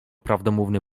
prawdomówny